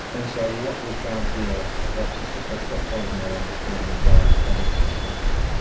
and so what we've found here perhaps is just a foothold in our understanding by studying this syndrome.